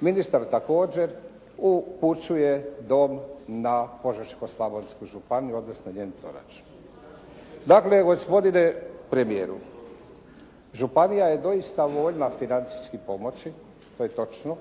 Ministar također upućuje dom na Požeško-slavonsku županiju odnosno njen proračun. Dakle, gospodine premijeru županija je doista voljna financijski pomoći, to je točno